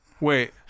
Wait